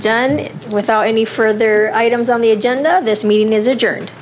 done without any further items on the agenda of this meeting is adjourned